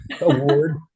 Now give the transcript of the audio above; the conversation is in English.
award